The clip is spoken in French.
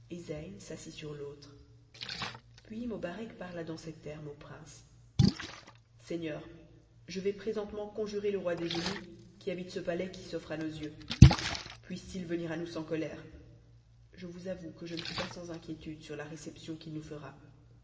zeyn s'assit sur l'autre puis mobarec parla dans ces termes au prince a seigneur je vais présentement conjurer le roi des génies qui habite ce palais qui s'offre à nos yeux puisse-t-il venir à nous sans colère je vous avoue que je ne suis pas sans inquiétude sur la réception qu'il nous fera